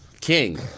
King